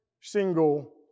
Single